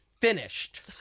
Finished